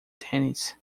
tênis